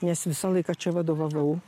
nes visą laiką čia vadovavau